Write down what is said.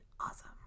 awesome